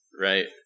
Right